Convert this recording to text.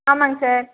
ஆமாங்க சார்